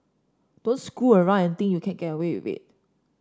don't screw around and think you can get away with it